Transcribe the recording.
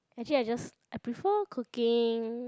actually I just I prefer cooking